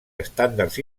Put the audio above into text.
estàndards